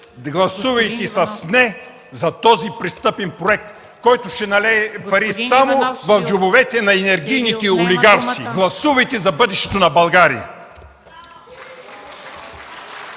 гласувайте с „не” за този престъпен проект, който ще налее пари само в джобовете на енергийните олигарси. Гласувайте за бъдещето на България!